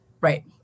Right